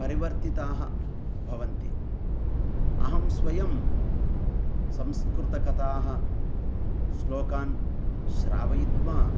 परिवर्तिताः भवन्ति अहं स्वयं संस्कृतकथाः श्लोकान् श्रावयित्वा